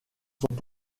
sont